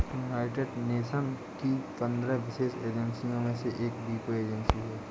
United Nations की पंद्रह विशेष एजेंसियों में से एक वीपो एजेंसी है